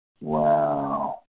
Wow